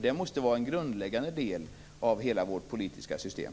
Det måste vara en grundläggande del av hela vårt politiska system.